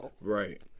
Right